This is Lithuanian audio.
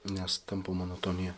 nes tampa monotonija